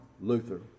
Luther